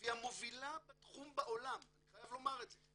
והיא המובילה בתחום בעולם, אני חייב לומר את זה.